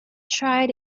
tried